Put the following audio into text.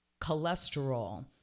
cholesterol